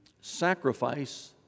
sacrifice